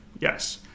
yes